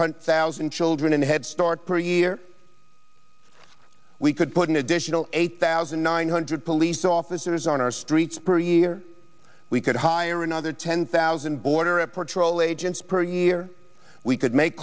hundred thousand children in head start per year we could put an additional eight thousand nine hundred police officers on our streets per year we could hire another ten thousand border patrol agents per year we could make